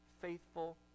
faithful